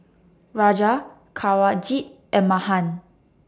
Raja Kanwaljit and Mahan